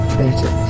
better